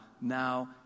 now